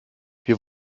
wir